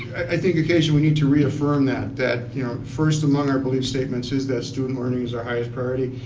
i think occasionally we need to reaffirm that, that, you know, first among our belief statement is that student learning is our highest priority.